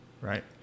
right